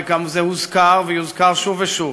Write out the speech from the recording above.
וגם זה הוזכר ויוזכר שוב ושוב,